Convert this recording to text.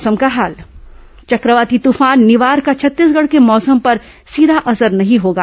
मौसम चक्रवाती तूफान निवार का छत्तीसगढ़ के मौसम पर सीधा असर नहीं होगा